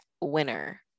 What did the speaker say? winner